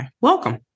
Welcome